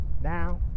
Now